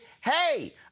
Hey